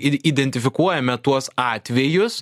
ir identifikuojame tuos atvejus